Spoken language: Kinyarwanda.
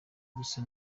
gusa